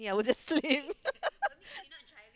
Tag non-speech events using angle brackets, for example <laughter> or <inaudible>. I will just sleep <laughs>